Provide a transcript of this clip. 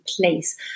place